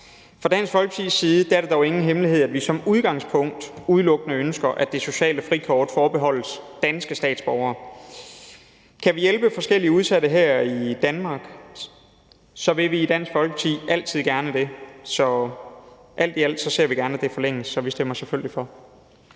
Fra Dansk Folkepartis side er det dog ingen hemmelighed, at vi som udgangspunkt ønsker, at det sociale frikort udelukkende forbeholdes danske statsborgere. Kan vi hjælpe forskellige udsatte her i Danmark, vil vi i Dansk Folkeparti altid gerne det. Så alt i alt ser vi gerne, at det forlænges, så vi stemmer selvfølgelig for.